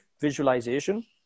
visualization